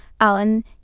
Alan